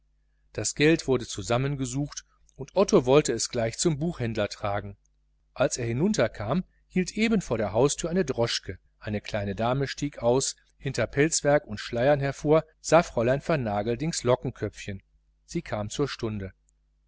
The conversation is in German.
das geld wurde zusammengesucht otto wollte es gleich zum buchhändler tragen als er hinunterkam hielt eben vor der haustüre eine droschke eine kleine dame stieg aus hinter pelzwerk und schleier hervor sah fräulein vernageldings lockenköpfchen sie kam zur stunde